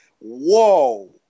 whoa